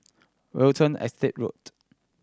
Watten Estate Road